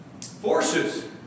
forces